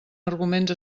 arguments